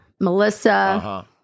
Melissa